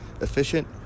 efficient